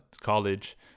college